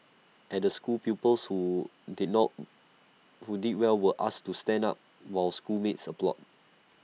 at the school pupils who did not who did well were asked to stand up while schoolmates applauded